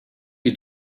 you